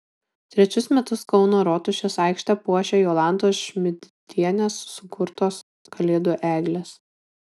trečius metus kauno rotušės aikštę puošia jolantos šmidtienės sukurtos kalėdų eglės